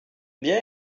bien